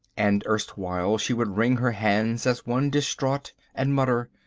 and erstwhile she would wring her hands as one distraught and mutter,